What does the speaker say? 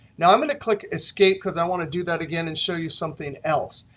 now, i'm going to click escape because i want to do that again and show you something else.